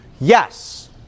Yes